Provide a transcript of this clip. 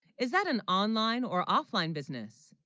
is that an online or offline, business